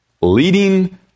leading